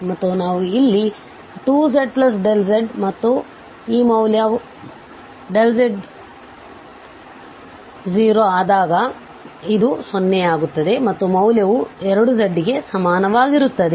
ಮತ್ತು ನಾವು ಇಲ್ಲಿ 2zzಮತ್ತು ಈ ಮೌಲ್ಯ ಮತ್ತು z→0 ಆದ್ದರಿಂದ ಇದು 0 ಯಾಗುತ್ತದೆ ಮತ್ತು ಈ ಮೌಲ್ಯವು 2 z ಗೆ ಸಮಾನವಾಗಿರುತ್ತದೆ